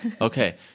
Okay